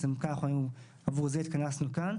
ובעצם עבור זה התכנסנו כאן,